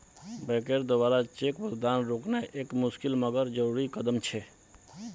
बैंकेर द्वारा चेक भुगतान रोकना एक मुशिकल मगर जरुरी कदम छे